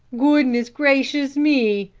goodness gracious me!